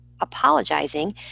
apologizing